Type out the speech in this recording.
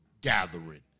gathering